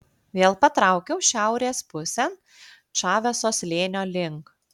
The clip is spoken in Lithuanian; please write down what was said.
vėl patraukiau šiaurės pusėn čaveso slėnio link